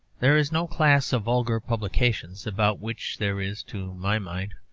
there is no class of vulgar publications about which there is, to my mind,